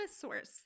source